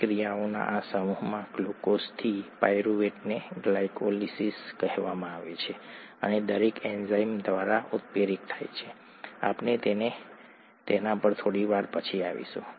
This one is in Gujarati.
પ્રતિક્રિયાઓના આ સમૂહ ગ્લુકોઝથી પાયરુવેટને ગ્લાયકોલિસિસ કહેવામાં આવે છે અને દરેક એન્ઝાઇમ દ્વારા ઉત્પ્રેરિત થાય છે આપણે તેના પર થોડી વાર પછી આવીશું